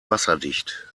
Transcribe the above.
wasserdicht